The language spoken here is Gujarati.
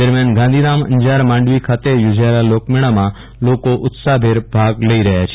દરમિયાન ગાંધીધામ અંજાર માંડવી ખાતે યોજાયેલા લોકમેળામાં લોકો ઉત્સાહભેર ભાગ લઈ રહ્યા છે